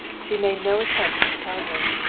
she made no attempt to tell him.